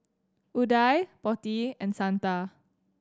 Udai Potti and Santha